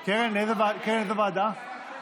את הצעת חוק למניעת אלימות במשפחה (תיקון,